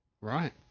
Right